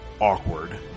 awkward